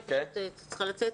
אני פשוט הייתי צריכה לצאת,